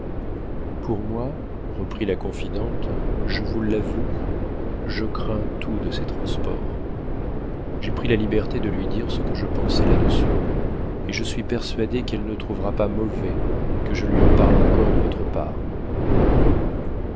pour moi reprit la confidente je vous l'avoue je crains tout de ses transports j'ai pris la liberté de lui dire ce que je pensais là-dessus et je suis persuadée qu'elle ne trouvera pas mauvais que je lui en parle encore de votre part